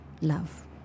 love